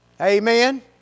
Amen